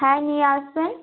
হ্যাঁ নিয়ে আসবেন